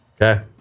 Okay